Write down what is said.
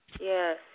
Yes